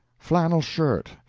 flannel shirt,